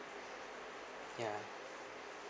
ya